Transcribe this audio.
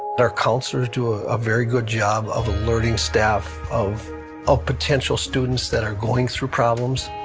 our counselors do a ah very good job of alerting staff of of potential students that are going through problems.